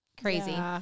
crazy